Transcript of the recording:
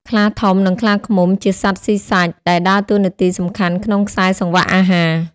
ខ្លាធំ និងខ្លាឃ្មុំ ជាសត្វស៊ីសាច់ដែលដើរតួនាទីសំខាន់ក្នុងខ្សែសង្វាក់អាហារ។